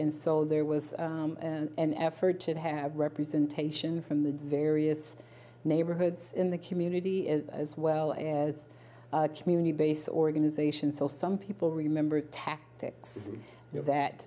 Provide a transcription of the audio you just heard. in so there was an effort to have representation from the various neighborhoods in the community as well as community based organizations so some people remember tactics